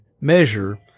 measure